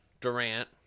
Durant